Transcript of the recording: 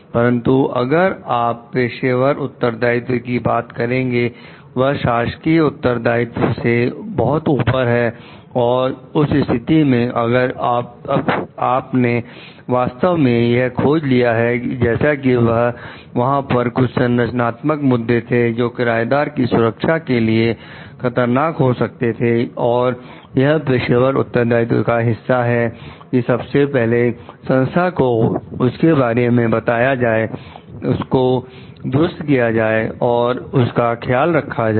परंतु अगर आप पेशेवर उत्तरदायित्व की बात करेंगे वह शासकीय उत्तरदायित्व से बहुत ऊपर है और उस स्थिति में अगर अब ने वास्तव में यह खोज लिया है जैसा कि वहां पर कुछ संरचनात्मक मुद्दे थे जो किराएदार की सुरक्षा के लिए खतरनाक हो सकते थे और यह पेशेवर उत्तरदायित्व का हिस्सा है कि सबसे पहले संस्था को उसके बारे में बताया जाए उसको दुरुस्त किया जाए और उसका ख्याल रखा जाए